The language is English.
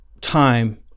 time